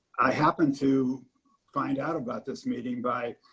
i happen to find out about this meeting by